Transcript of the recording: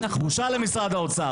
בושה למשרד האוצר.